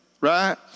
Right